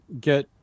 get